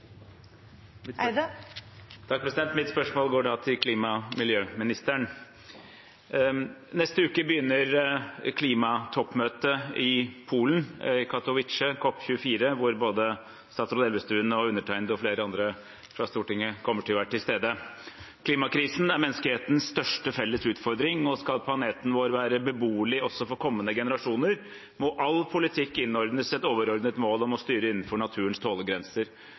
uke begynner klimatoppmøtet i Katowice i Polen, COP24, hvor både statsråd Elvestuen, undertegnede og flere andre fra Stortinget kommer til å være til stede. Klimakrisen er menneskehetens største felles utfordring, og skal planeten vår være beboelig også for kommende generasjoner, må all politikk innordnes et overordnet mål om å styre innenfor naturens tålegrenser.